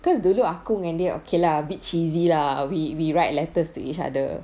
cause dulu aku dengan dia okay lah a bit cheesy lah we we write letters to each other